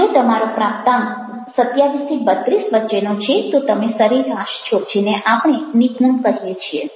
જો તમારો પ્રાપ્તાંક 27 32 વચ્ચેનો છે તો તમે સરેરાશ છો જેને આપણે નિપુણ કહીએ છીએ